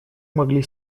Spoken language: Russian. могли